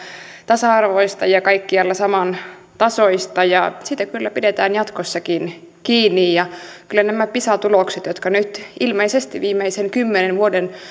tasa arvoista ja kaikkialla samantasoista ja siitä kyllä pidetään jatkossakin kiinni kyllä se on tärkeä ja iso asia että me saamme nämä pisa tulokset käännettyä taas oikeaan suuntaan nyt ilmeisesti viimeisten kymmenen vuoden